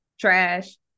trash